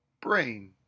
brain